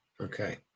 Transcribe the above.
okay